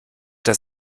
das